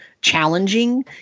challenging